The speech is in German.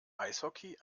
eishockey